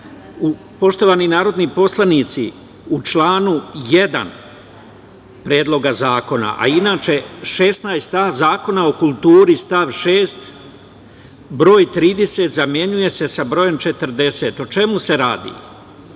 radi. Poštovani narodni poslanici, u članu 1. Predloga zakona, a inače 16a Zakona o kulturi stav 6, broj 30 zamenjuje se sa brojem 40. O čemu se radi?